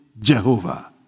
Jehovah